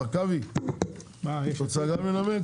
הרכבי את רוצה גם לנמק?